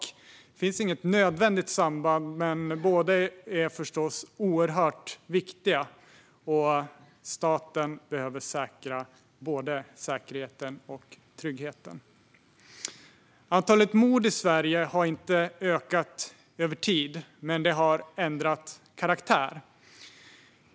Det finns inget nödvändigt samband, men båda är förstås oerhört viktiga, och staten ska tillförsäkra både säkerheten och tryggheten. Antalet mord i Sverige har inte ökat över tid, men de har ändrat karaktär.